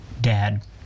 Dad